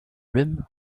rim